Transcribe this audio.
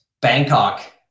Bangkok